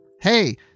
Hey